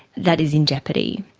that is in jeopardy.